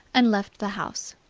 and left the house.